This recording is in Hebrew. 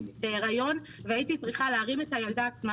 בהיריון והייתי צריכה להרים את הילדה שלי,